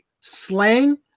slang